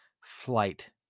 flight